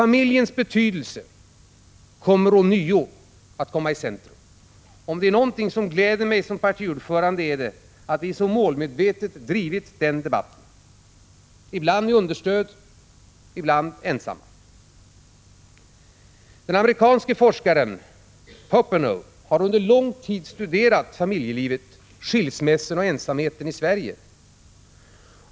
Familjens betydelse kommer ånyo att komma i centrum. Om det är någonting som glädjer mig som partiordförande är det att vi så målmedvetet drivit den debatten, ibland med stöd, ibland ensamma. Den amerikanske forskaren Popenoe har under lång tid studerat familjelivet, skilsmässorna och ensamheten i Sverige.